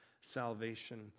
salvation